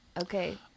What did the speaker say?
Okay